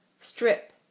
strip